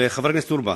לחבר הכנסת אורבך,